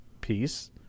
piece